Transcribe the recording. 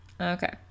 Okay